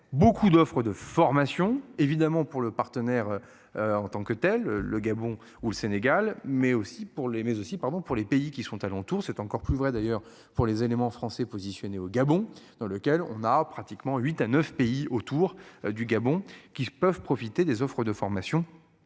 beaucoup d'offres de formation évidemment pour le partenaire. En tant que tels le Gabon ou le Sénégal, mais aussi pour les mais aussi pardon pour les pays qui sont alentour, c'est encore plus vrai d'ailleurs pour les éléments français positionnés au Gabon dans lequel on a pratiquement 8 à 9 pays autour du Gabon qui peuvent profiter des offres de formation